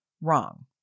wrong